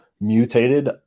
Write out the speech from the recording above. mutated